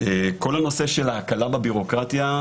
כל הנושא של הקלה בביורוקרטיה,